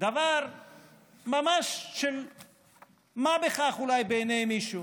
דבר ממש של מה בכך אולי בעיני מישהו.